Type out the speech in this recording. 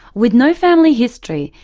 with no family history,